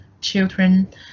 children